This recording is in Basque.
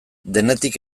denetik